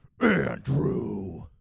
andrew